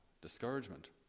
discouragement